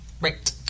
Right